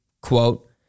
quote